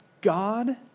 God